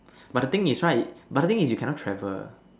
but the thing is right but the thing is you cannot travel